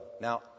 Now